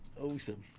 Awesome